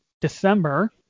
December